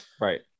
right